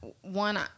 one